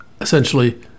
essentially